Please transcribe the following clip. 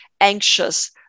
anxious